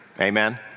Amen